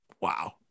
Wow